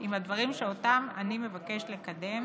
עם הדברים שאותם אני מבקש לקדם